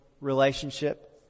relationship